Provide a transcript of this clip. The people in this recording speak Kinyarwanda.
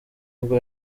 bwo